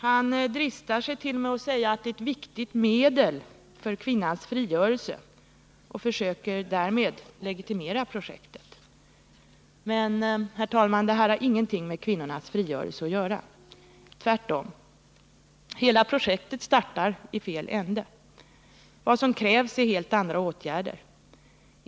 Han dristar sig t.o.m. att säga att det är ett viktigt medel för kvinnans frigörelse och försöker därmed legitimera projektet. Men, herr talman, det här har ingenting med kvinnornas frigörelse att skaffa — tvärtom. Projektet startar i fel ände. Vad som krävs är helt andra åtgärder.